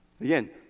Again